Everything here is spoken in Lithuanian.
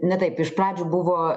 ne taip iš pradžių buvo